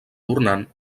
tornant